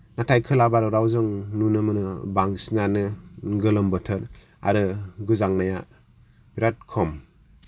नाथाय खोला भारताव जों नुनो मोनो बांसिनानो गोलोम बोथोर आरो गोजांनाया बिराद खम